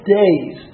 days